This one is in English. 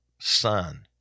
son